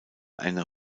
eine